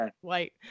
white